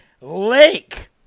Lake